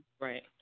Right